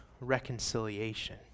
reconciliation